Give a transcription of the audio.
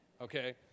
Okay